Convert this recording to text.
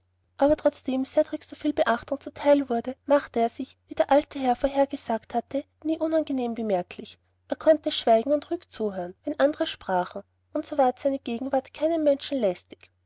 aber trotzdem cedrik so viel beachtung zu teil wurde machte er sich wie der alte herr vorher gesagt hatte nie unangenehm bemerklich er konnte schweigen und ruhig zuhören wenn andre sprachen und so ward seine gegenwart keinem menschen lästig